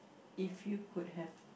if you could have